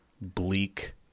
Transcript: bleak